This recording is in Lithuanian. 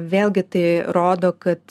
vėlgi tai rodo kad